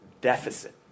deficit